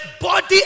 body